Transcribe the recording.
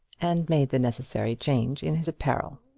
and made the necessary change in his apparel.